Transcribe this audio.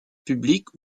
publiques